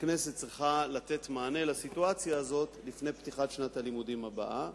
הכנסת צריכה לתת מענה לסיטואציה הזאת לפני תחילת שנת הלימודים הבאה,